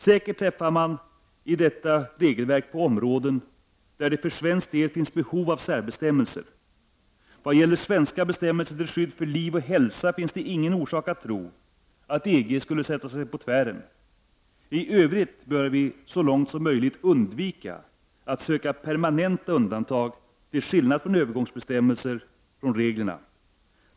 Säkert träffar man i detta regelverk på områden där det för svensk del finns behov av särbestämmelser. När det gäller svenska bestämmelser till skydd för liv och hälsa finns det ingen orsak att tro att EG skulle sätta sig på tvären. I övrigt bör vi så långt som möjligt undvika att söka permanenta undantag -— till skillnad från övergångsbestämmelser — från reglerna.